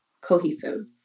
cohesive